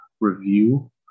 review